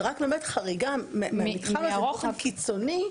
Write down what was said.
ורק באמת חריגה מהמתחם הזה באופן קיצוני,